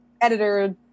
editor